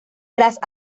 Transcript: tras